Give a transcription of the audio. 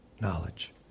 knowledge